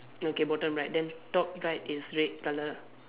okay bottom right then top right is red colour